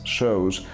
shows